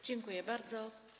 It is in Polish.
Dziękuję bardzo.